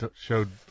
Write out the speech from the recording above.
showed